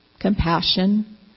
compassion